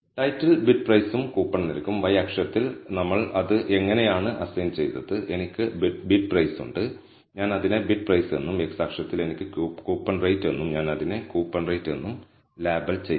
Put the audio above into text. title bid പ്രൈസും coupon നിരക്കും y അക്ഷത്തിൽ നമ്മൾ അത് എങ്ങനെയാണ് അസൈൻ ചെയ്തത് എനിക്ക് ബിഡ് പ്രൈസ് ഉണ്ട് ഞാൻ അതിനെ ബിഡ് പ്രൈസ് എന്നും x അക്ഷത്തിൽ എനിക്ക് കൂപ്പൺ റേറ്റ്എന്നും ഞാൻ അതിനെ കൂപ്പൺ റേറ്റ്എന്നും ലേബൽ ചെയ്തു